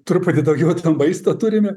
truputį daugiau maisto turime